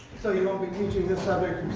so you won't be teaching this subject